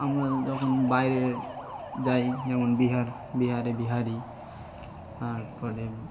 আমরা যখন বাইরে যাই যেমন বিহার বিহারে বিহারি তারপরে